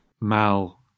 Mal